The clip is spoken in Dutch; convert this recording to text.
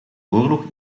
oorlog